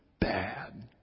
bad